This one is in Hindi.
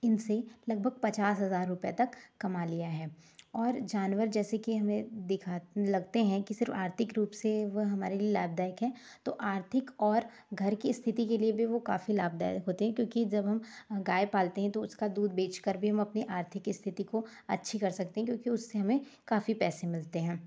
इनसे लगभग पचास हजार रुपए तक कमा लिए हैं और जानवर जैसे कि हमें दिखाते लगते हैं कि सिर्फ आर्थिक रूप से वो हमारे लिए लाभदायक है तो आर्थिक और घर की स्थिति के लिए भी वो काफ़ी लाभदायक होते हैं क्योंकि जब हम गाय पालते हैं तो उसका दूध बेचकर भी हम अपनी आर्थिक स्थिति को अच्छी कर सकते है क्योंकि उससे हमें काफ़ी पैसे मिलते हैं